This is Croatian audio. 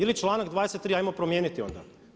Ili članak 23. ajmo promijeniti onda.